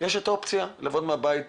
יש את האופציה לעבוד מהבית.